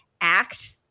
act